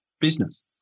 business